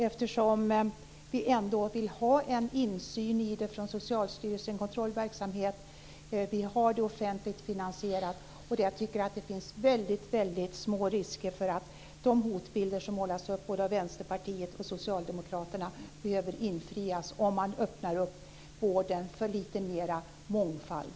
Vi vill ändå ha en kontrollverksamhet och insyn för Socialstyrelsen. Vi har en offentlig finansiering. Jag tycker att det finns små risker för att de hotbilder som målas upp av Vänsterpartiet och Socialdemokraterna ska infrias om vården öppnas upp för mer mångfald.